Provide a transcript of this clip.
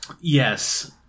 Yes